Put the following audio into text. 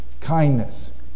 kindness